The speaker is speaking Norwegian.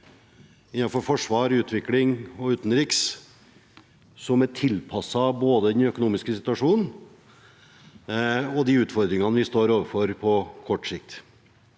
innen forsvar, utvikling og utenriks som er tilpasset både den økonomiske situasjonen og de utfordringene vi står overfor på kort sikt.